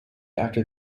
after